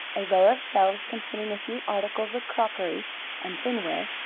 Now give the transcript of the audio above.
a row of shelves containing a few articles of crockery and tinware,